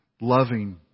loving